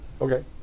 Okay